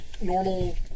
normal